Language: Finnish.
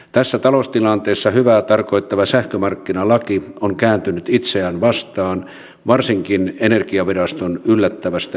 tässä taloustilanteessa hyvää tarkoittava sähkömarkkinalaki on kääntynyt itseään vastaan varsinkin energiaviraston yllättävästä linjauksesta johtuen